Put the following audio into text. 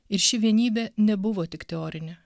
ir ši vienybė nebuvo tik teorinė